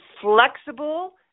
flexible